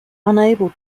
unable